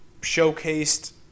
showcased